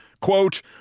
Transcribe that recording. quote